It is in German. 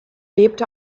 lebte